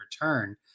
return